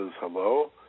hello